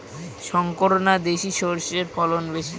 শংকর না দেশি সরষের ফলন বেশী?